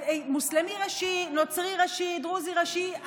מוסלמי ראשי, נוצרי ראשי, דרוזי ראשי.